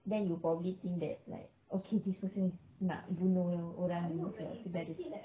then you probably think that like okay this person is nak bunuh orang orang yang